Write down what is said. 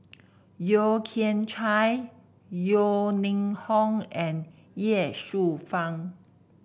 Yeo Kian Chai Yeo Ning Hong and Ye Shufang